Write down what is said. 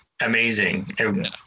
amazing